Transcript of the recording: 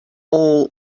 all